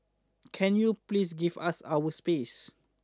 can you please give us our space